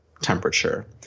temperature